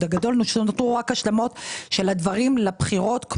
הגדול ונותרו רק השלמות של הדברים לבחירות.